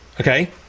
Okay